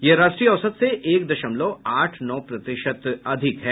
यह राष्ट्रीय औसत से एक दशमलव आठ नौ प्रतिशत अधिक है